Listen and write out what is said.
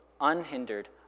unhindered